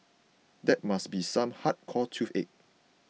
that must be some hardcore toothache